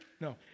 No